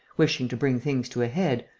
wishing to bring things to a head,